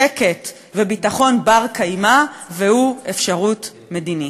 שקט וביטחון בר-קיימא, והיא אפשרות מדינית.